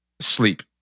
sleep